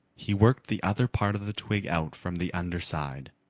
he worked the other part of the twig out from the under side.